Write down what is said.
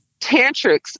tantrics